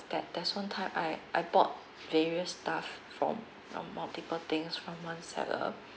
that there's one time I I bought various stuff from from multiple things from one seller